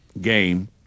game